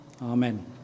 Amen